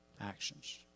actions